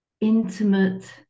intimate